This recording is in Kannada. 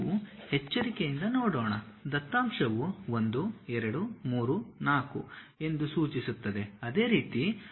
ನಾವು ಎಚ್ಚರಿಕೆಯಿಂದ ನೋಡೋಣ ದತ್ತಾಂಶವು 1 2 3 4 ಎಂದು ಸೂಚಿಸುತ್ತದೆ